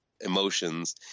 emotions